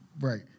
Right